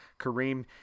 Kareem